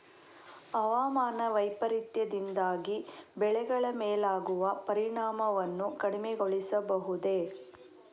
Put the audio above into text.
ಹವಾಮಾನ ವೈಪರೀತ್ಯದಿಂದಾಗಿ ಬೆಳೆಗಳ ಮೇಲಾಗುವ ಪರಿಣಾಮವನ್ನು ಕಡಿಮೆಗೊಳಿಸಬಹುದೇ?